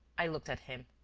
i looked at him.